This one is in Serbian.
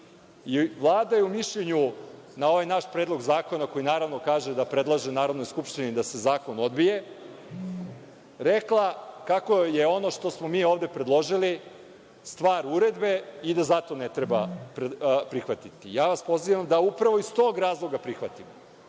uredba. Vlada je u mišljenju na ovaj naš predlog zakona, koji naravno kaže da predlaže Narodnoj skupštini da se zakon odbije, rekla kako je ono što smo mi ovde predložili stvar uredbe i da zakon ne treba prihvatiti. Pozivam vas da upravo iz tog razloga prihvatite,